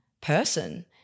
person